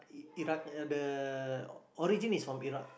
Iraq the origin is from Iraq